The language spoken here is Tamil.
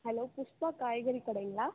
ஹலோ புஷ்பா காய்கறி கடைங்களா